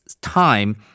time